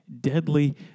deadly